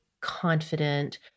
confident